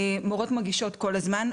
מורות מגישות כל הזמן,